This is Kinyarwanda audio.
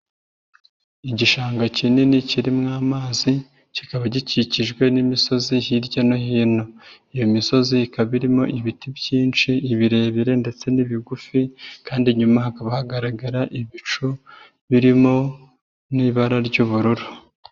Igishanga kinini kirimo amazi kikaba gikikijwe n'imisozi hirya no hino, iyo misozi ikaba irimo ibiti byinshi ibirebire ndetse n'ibigufi kandi inyuma hakaba hagaragara ibicu birimo n'ibara ry'ubururu.